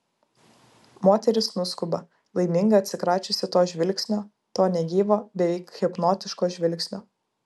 moteris nuskuba laiminga atsikračiusi to žvilgsnio to negyvo beveik hipnotiško žvilgsnio